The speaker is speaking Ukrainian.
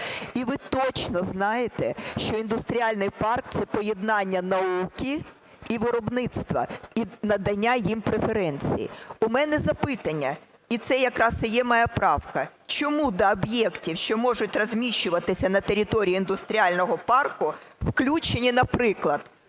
І ви точно знаєте, що індустріальний парк – це поєднання науки і виробництва і надання їм преференцій. У мене запитання, і це якраз і є моя правка. Чому до об'єктів, що можуть розміщуватися на території індустріального парку, включені, наприклад,